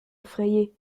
effrayé